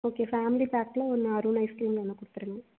okay family பேக்கில் ஒன்று அருண் ஐஸ்க்ரீமில் ஒன்று கொடுத்துருங்க